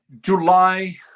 july